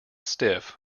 stiff